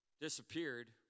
disappeared